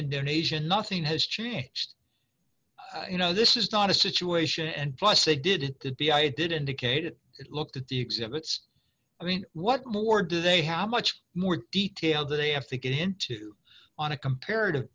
indonesia nothing has changed you know this is not a situation and plus it did it could be i did indicated it looked at the exhibits i mean what more do they have much more detail do they have to get into on a comparative